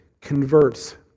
converts